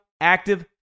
Active